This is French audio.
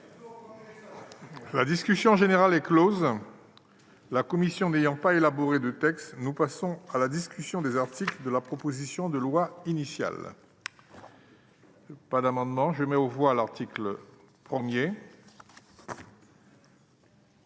La discussion générale est close. La commission n'ayant pas élaboré de texte, nous passons à la discussion des articles de la proposition de loi initiale. Je mets aux voix l'article 1.